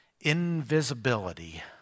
Invisibility